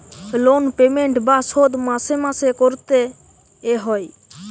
loan payment বা শোধ মাসে মাসে করতে এ হয়